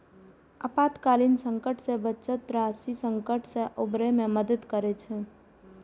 आपातकालीन संकट मे बचत राशि संकट सं उबरै मे मदति करै छै